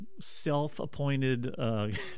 self-appointed